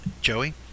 Joey